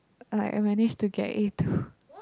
I I managed to get A two